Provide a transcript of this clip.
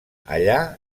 allà